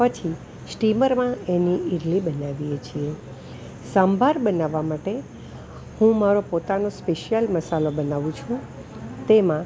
પછી સ્ટીમરમાં એની ઇડલી બનાવીએ છીએ સંભાર બનાવવા માટે હું મારો પોતાનો સ્પેશીયલ મસાલો બનાવું છું તેમાં